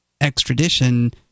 extradition